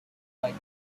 going